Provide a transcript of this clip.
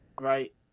right